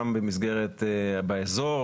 גם באזור,